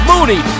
Moody